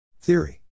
Theory